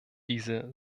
diese